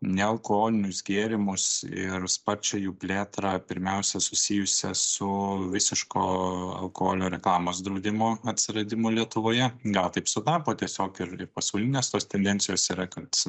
nealkoholinius gėrimus ir sparčią jų plėtrą pirmiausia susijusią su visiško alkoholio reklamos draudimo atsiradimo lietuvoje gal taip sutapo tiesiog ir ir pasaulinės tos tendencijos yra kad